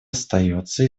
остается